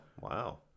Wow